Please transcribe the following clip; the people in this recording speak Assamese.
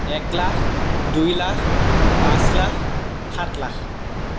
এক লাখ দুই লাখ পাঁচ লাখ সাত লাখ